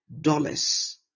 dollars